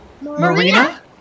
Marina